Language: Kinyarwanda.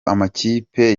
amakipe